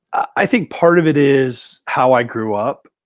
i think part of it is how i grew up.